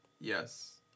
Yes